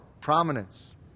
prominence